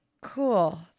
cool